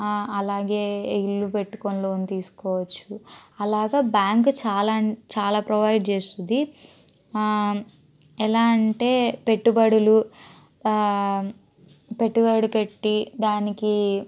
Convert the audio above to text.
అలాగే ఇల్లు పెట్టుకుని లోన్ తీసుకోవచ్చు అలాగ బ్యాంకు చాలా అం చాలా ప్రొవైడ్ చేస్తుంది ఎలా అంటే పెట్టుబడులు పెట్టుబడి పెట్టి దానికి